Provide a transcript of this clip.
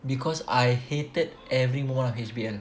because I hated every moment of H_B_L